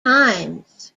times